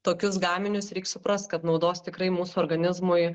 tokius gaminius reik suprast kad naudos tikrai mūsų organizmui